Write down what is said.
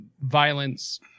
violence